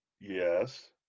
Yes